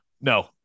No